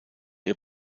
ihr